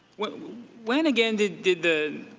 when again did did the